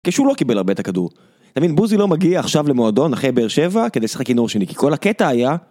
כשהוא לא קיבל הרבה את הכדור. תבין, בוזי לא מגיע עכשיו למועדון אחרי באר שבע כדי לשחק כינור שני, כי כל הקטע היה...